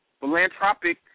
philanthropic